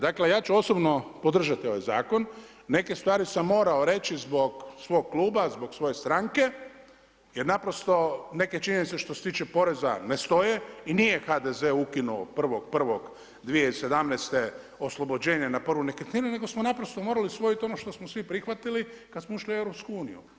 Dakle ja ću osobno podržati ovaj zakon, neke stvari sam morao reći zbog svog Kluba, zbog svoje stranke, jer naprosto neke činjenice što se tiče poreza ne stoje i nije HDZ ukinuo 1.1.2017. oslobođenje na prvu nekretninu, nego smo naprosto morali usvojiti ono što smo svi prihvatili kad smo ušli u EU.